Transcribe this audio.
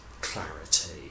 clarity